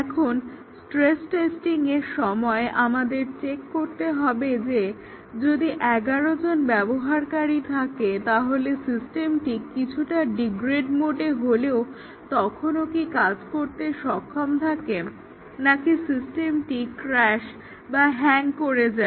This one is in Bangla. এখন স্ট্রেস টেস্টিংয়ের সময় আমাদেরকে চেক করতে হবে যে যদি 11 জন ব্যবহারকারী থাকে তাহলে সিস্টেমটি কিছুটা ডিগ্রেড মোডে হলেও তখনও কি কাজ করতে সক্ষম থাকে নাকি সিস্টেমটি ক্রাশ বা হ্যাক করে যায়